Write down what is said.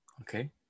Okay